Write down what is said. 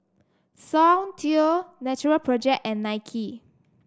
Soundteoh Natural Project and Nike